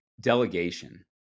delegation